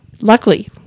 luckily